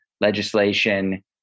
legislation